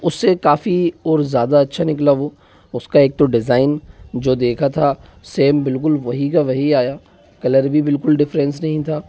उससे काफ़ी और ज़्यादा अच्छा निकला वो उसका एक तो डिज़ाइन जो देखा था सैम बिल्कुल वही का वही आया कलर भी बिल्कुल डिफरेंस नहीं था